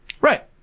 Right